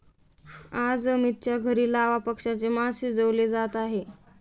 आज अमितच्या घरी लावा पक्ष्याचे मास शिजवले जात आहे